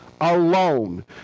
alone